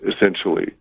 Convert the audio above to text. essentially